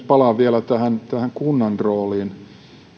palaan vielä tähän kunnan rooliin